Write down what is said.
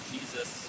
Jesus